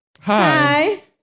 hi